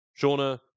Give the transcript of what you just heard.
Shauna